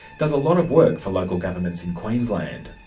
does a lot of work for local governments in queensland.